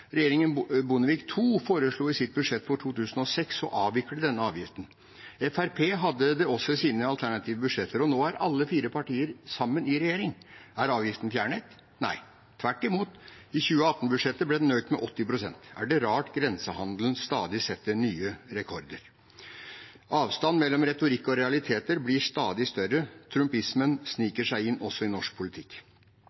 Bondevik II foreslo i sitt budsjett for 2006 å avvikle denne avgiften. Fremskrittspartiet hadde det også i sine alternative budsjetter, og nå er alle fire partiene sammen i regjering. Er avgiften fjernet? – Nei, tvert imot, i 2018-budsjettet ble den økt med 80 pst. Er det rart at grensehandelen stadig setter nye rekorder? Avstanden mellom retorikk og realiteter blir stadig større. Trumpismen